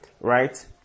Right